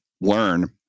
learn